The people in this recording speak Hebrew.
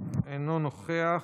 אינו נוכח,